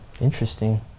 Interesting